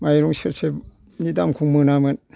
माइरं सेरसेनि दामखौ मोनामोन